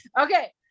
okay